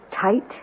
tight